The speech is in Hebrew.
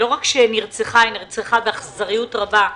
היא נרצחה באכזריות רבה,